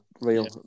Real